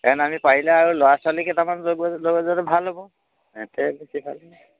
আমি পাৰিলে আৰু ল'ৰা ছোৱালী কেটামান লৈ গৈ লৈ যোৱাটো ভাল হ'ব সেতেহে বেছি ভাল